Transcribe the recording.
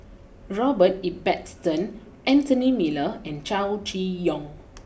Robert Ibbetson Anthony Miller and Chow Chee Yong